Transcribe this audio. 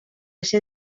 ser